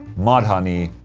mudhoney,